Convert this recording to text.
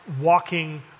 walking